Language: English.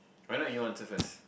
why not you answer first